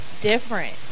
different